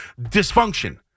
dysfunction